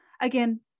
Again